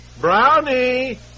Brownie